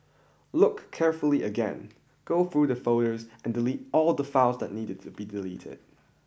look carefully again go through the folders and delete all the files that needed to be deleted